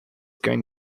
going